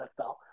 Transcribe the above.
NFL